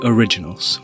Originals